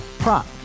Prop